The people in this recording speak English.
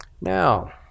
Now